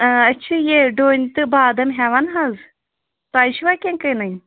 أسۍ چھِ یہِ ڈوٗنۍ تہٕ بادام ہٮ۪وان حظ تۄہہِ چھُوا کیٚنٛہہ کٕنٕنۍ